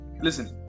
listen